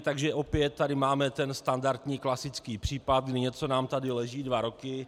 Takže opět tady máme ten standardní klasický případ, kdy něco nám tady leží dva roky.